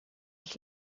ich